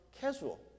casual